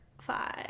five